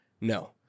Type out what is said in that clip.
no